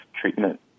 treatment